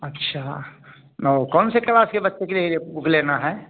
अच्छा और कौन से क्लास के बच्चे के लिए बुक लेना है